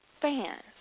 fans